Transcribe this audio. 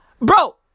Bro